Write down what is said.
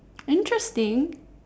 interesting